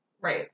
Right